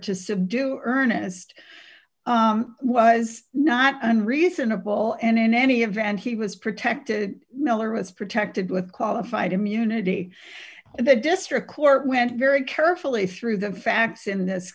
to subdue ernest was not and reasonable and in any event he was protected miller was protected with qualified immunity and the district court went very carefully through the facts in this